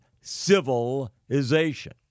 civilization